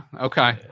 Okay